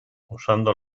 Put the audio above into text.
usando